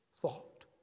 thought